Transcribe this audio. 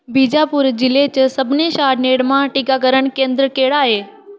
बीजापुर जिले च सभनें शा नेड़मां टीकाकरण केंद्र केह्ड़ा ए